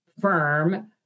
firm